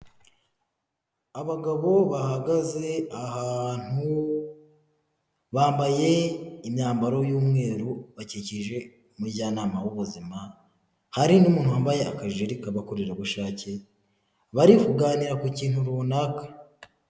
Abagabo bahagaze ahantu bambaye imyambaro y'umweru, bakikije umujyanama w'ubuzima, hari n'umuntu wambaye akajiri k'abakorerabushake bari kuganira ku kintu runaka.